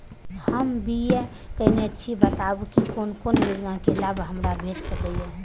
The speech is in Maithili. हम बी.ए केनै छी बताबु की कोन कोन योजना के लाभ हमरा भेट सकै ये?